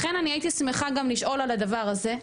לכן אני הייתי שמחה לשאול גם על הדבר הזה.